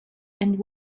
and